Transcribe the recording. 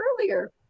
earlier